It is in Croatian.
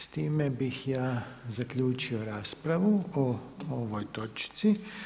S time bih ja zaključio raspravu o ovoj točci.